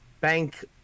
Bank